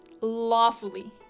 lawfully